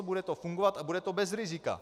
Bude to fungovat a bude to bez rizika.